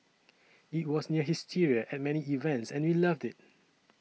it was near hysteria at many events and we loved it